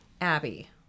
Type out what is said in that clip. Abby